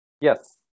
Yes